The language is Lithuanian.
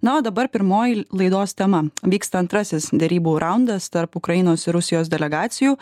na o dabar pirmoji laidos tema vyksta antrasis derybų raundas tarp ukrainos ir rusijos delegacijų